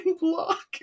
block